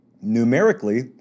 numerically